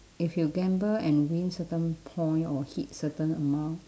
if you gamble and win certain point or hit certain amount